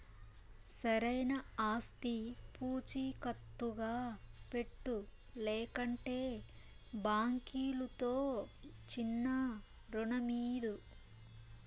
సరైన ఆస్తి పూచీకత్తుగా పెట్టు, లేకంటే బాంకీలుతో చిన్నా రుణమీదు